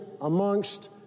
amongst